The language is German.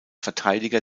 verteidiger